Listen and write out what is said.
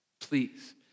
Please